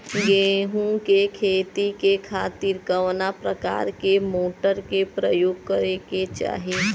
गेहूँ के खेती के खातिर कवना प्रकार के मोटर के प्रयोग करे के चाही?